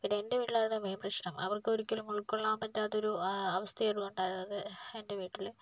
പിന്നെ എൻ്റെ വീട്ടിലാണ് മെയിൻ പ്രശ്നം അവർക്ക് ഒരിക്കലും ഉൾക്കൊള്ളാൻ പറ്റാത്ത ഒരു അവസ്ഥയായിരുന്നു ഉണ്ടായിരുന്നത് എൻ്റെ വീട്ടിൽ